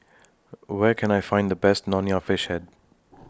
Where Can I Find The Best Nonya Fish Head